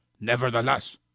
Nevertheless